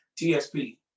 TSP